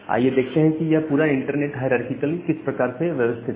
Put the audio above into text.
आइए देखते हैं कि यह पूरा इंटरनेट हायरारकीकली किस प्रकार से व्यवस्थित है